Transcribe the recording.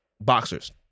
boxers